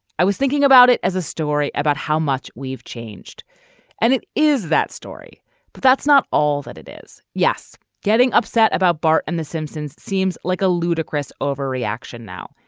i was thinking about it as a story about how much we've changed and it is that story but that's not all that it is. yes getting upset about bart and the simpsons seems like a ludicrous overreaction now.